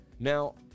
now